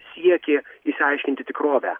siekė išsiaiškinti tikrovę